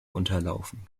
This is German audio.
unterlaufen